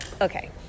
Okay